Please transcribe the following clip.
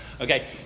Okay